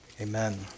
amen